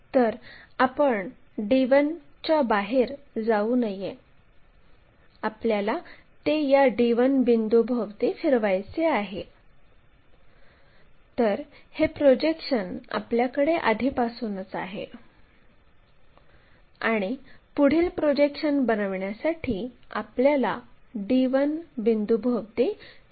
यानंतर बिंदू q पासून एक लाईन काढा जी XY सोबत 120 डिग्री कोनामध्ये इनक्लाइन आहे आणि ते प्रोजेक्टर r ला मिळेल तर ही प्रोजेक्टर लाईन आहे आणि या छेदनबिंदूला r असे म्हणू